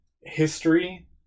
History